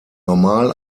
normal